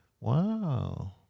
wow